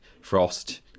frost